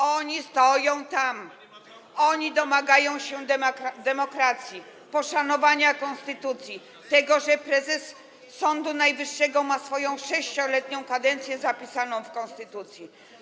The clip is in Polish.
Oni tam stoją, domagają się demokracji, poszanowania konstytucji, tego, żeby prezes Sądu Najwyższego miał swoją 6-letnią kadencję zapisaną w konstytucji.